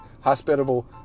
hospitable